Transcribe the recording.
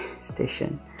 station